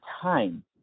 time